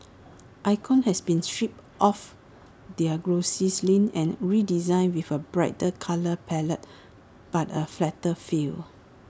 icons have been stripped of their glossy sheen and redesigned with A brighter colour palette but A flatter feel